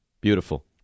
beautiful